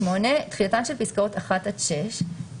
8. תחילתן של פסקאות (1) עד (6).